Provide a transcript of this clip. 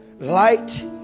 Light